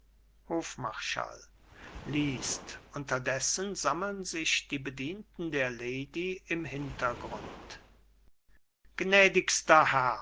hofmarschall liest unterdessen sammeln sich die bedienten der lady im hintergrund gnädigster